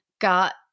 got